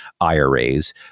IRAs